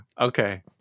Okay